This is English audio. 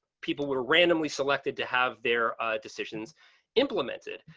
people would randomly selected to have their decisions implemented.